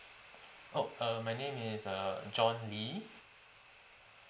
oh err my name is err john lee